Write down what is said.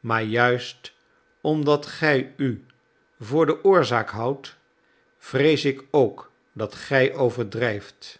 maar juist omdat gij u voor de oorzaak houdt vrees ik ook dat gij overdrijft